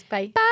Bye